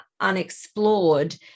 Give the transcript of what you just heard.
unexplored